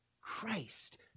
Christ